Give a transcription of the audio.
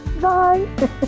Bye